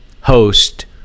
host